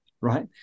Right